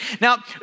Now